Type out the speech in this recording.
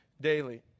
daily